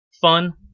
fun